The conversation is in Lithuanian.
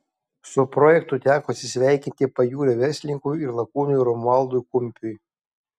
su projektu teko atsisveikinti pajūrio verslininkui ir lakūnui romualdui kumpiui